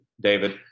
David